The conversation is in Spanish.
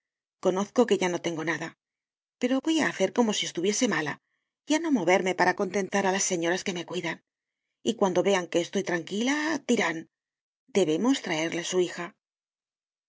conozco que ya no tengo nada pero voy á hacer como si estuviese mala y á no moverme para contentar á las señoras que me cuidan y cuando vean que estoy tranquila dirán debemos traerla su hija